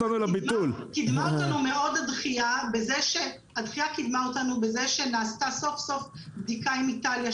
קידמה אותנו מאוד הדחייה בזה שנעשתה סוף-סוף בדיקה עם איטליה,